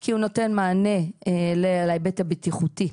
כי הוא נותן מענה להיבט הבטיחותי.